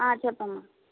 చెప్పమ్మ